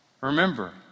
Remember